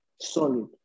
solid